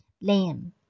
lamb